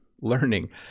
learning